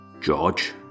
George